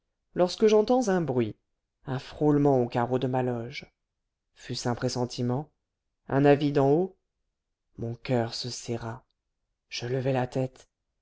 lorsque j'entends un bruit un frôlement au carreau de ma loge fut-ce un pressentiment un avis d'en haut mon coeur se serra je levai la tête